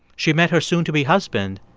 she met her soon-to-be husband,